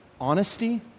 honesty